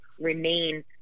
remain